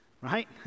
right